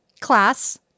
Class